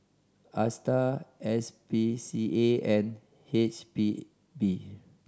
Astar S P C A and H P B